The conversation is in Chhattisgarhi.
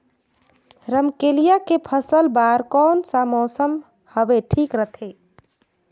रमकेलिया के फसल बार कोन सा मौसम हवे ठीक रथे?